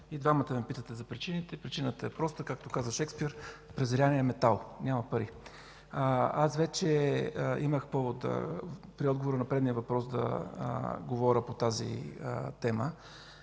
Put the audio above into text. И двамата ме питате за причините – причината е проста, както казва Шекспир „презряния метал” – няма пари. Аз вече имах повод при отговора на предния въпрос да говоря по тази тема